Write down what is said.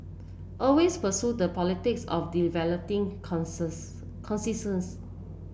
always pursue the politics of developing consensus